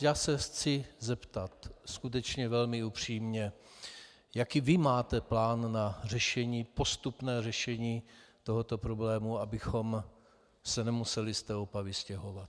Já se chci zeptat skutečně velmi upřímně, jaký vy máte plán na postupné řešení tohoto problému, abychom se nemuseli z Opavy stěhovat.